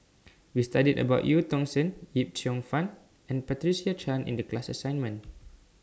We studied about EU Tong Sen Yip Cheong Fun and Patricia Chan in The class assignment